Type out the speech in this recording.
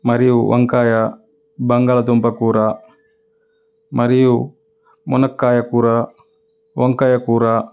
మరియూ వంకాయ బంగాళాదుంప కూర మరియూ మునక్కాయ కూర వంకాయ కూర